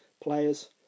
players